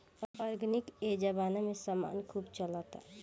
organic ए जबाना में समान खूब चलता